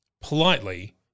Politely